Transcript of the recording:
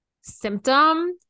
symptom